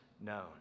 known